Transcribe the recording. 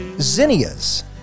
zinnias